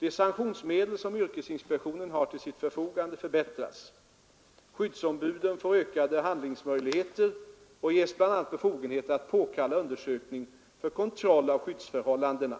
De sanktionsmedel som yrkesinspektionen har till sitt förfogande förbättras. Skyddsombuden får ökade handlingsmöjligheter och ges bl.a. befogenhet att påkalla undersökning för kontroll av skyddsförhållandena.